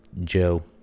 Joe